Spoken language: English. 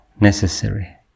necessary